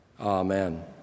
Amen